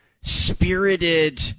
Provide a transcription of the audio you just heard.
spirited